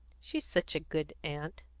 she's such a good aunt.